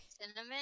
Cinnamon